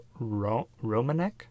Romanek